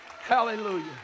hallelujah